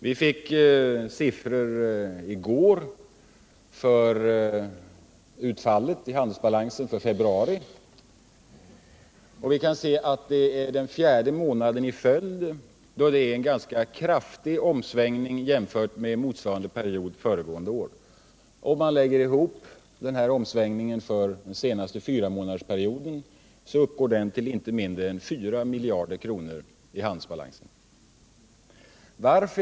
Vi fick siffror i går om utfallet i handelsbalansen för februari, och vi kan se att det är den fjärde månaden i följd med en ganska kraftig förbättring jämfört med motsvarande period föregående år. För hela fyramånadersperioden uppgår förbättringen i handelsbalansen till inte mindre än 4 miljarder kronor.